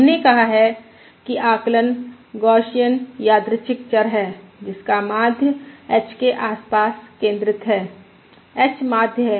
हमने कहा कि आकलन गौसियन यादृच्छिक चर है जिसका माध्य h के आसपास केंद्रित है h माध्य है